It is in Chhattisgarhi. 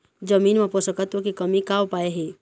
जमीन म पोषकतत्व के कमी का उपाय हे?